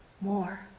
more